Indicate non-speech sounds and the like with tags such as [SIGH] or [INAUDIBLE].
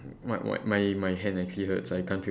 [NOISE] my my my hand actually hurts I can't